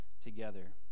together